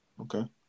Okay